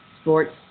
sports